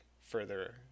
further